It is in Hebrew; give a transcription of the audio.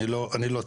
אני לא צייד,